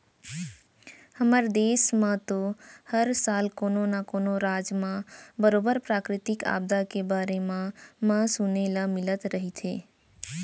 हमर देस म तो हर साल कोनो न कोनो राज म बरोबर प्राकृतिक आपदा के बारे म म सुने ल मिलत रहिथे